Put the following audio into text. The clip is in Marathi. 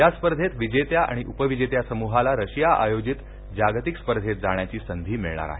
या स्पर्धेत विजेत्या आणि उपविजेत्या समुहाला रशिया आयोजित जागतिक स्पर्धेत जाण्याची संधी मिळणार आहे